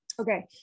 Okay